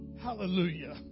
Hallelujah